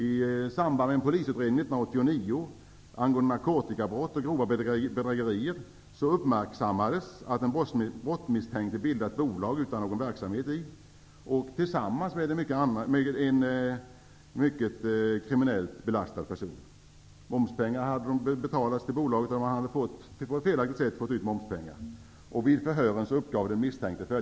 I samband med en polisutredning 1989 angående narkotikabrott och grova bedrägerier uppmärksammades att den brottmisstänkte bildat bolag utan någon verksamhet, tillsammans med en annan kriminellt mycket belastad person. Momspengar hade felaktigt utbetalats till bolaget.